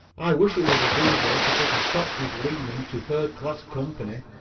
i wish it was as easy to put a stop to his leaning to third-class company.